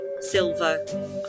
silver